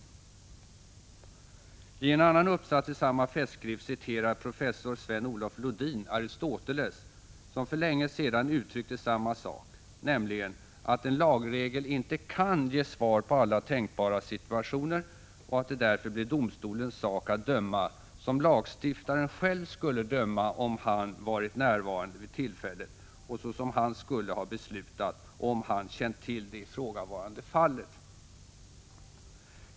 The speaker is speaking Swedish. I en annan uppsats i samma festskrift citerar professor Sven-Olof Lodin Aristoteles, som för länge sedan uttryckte samma sak, nämligen att en lagregel inte kan ge svar på alla tänkbara situationer och att det därför blir domstolens sak att döma som lagstiftaren själv skulle döma, om han varit närvarande vid tillfället, och så som han skulle ha beslutat, om han känt till det ifrågavarande fallet.